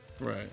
Right